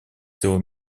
всего